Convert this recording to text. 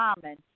common